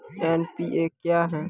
NPA क्या हैं?